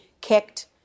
kicked